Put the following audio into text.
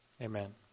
Amen